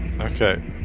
Okay